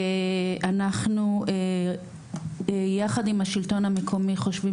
אנחנו יחד עם השלטון המקומי חושבים